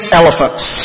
elephants